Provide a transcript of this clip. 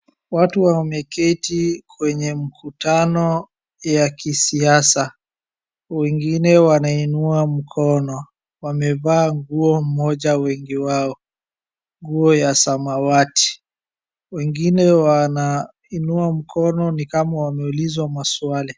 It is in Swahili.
Watu wameketi kwenye mkutano ya kisiasa. Wengine wanainua mkono wamevaa nguo moja wengi wao, nguo ya samawati. Wengine wanainua mkono ni kama wameulizwa maswali.